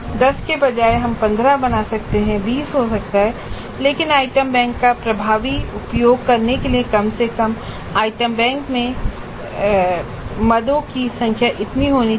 10के बजाय हम 15बना सकते हैं यह 20हो सकता है लेकिन आइटम बैंक का प्रभावी उपयोग करने के लिए कम से कम आइटम बैंक में मदों की संख्या इतनी होनी चाहिए